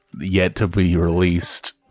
yet-to-be-released